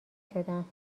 شدم